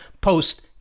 post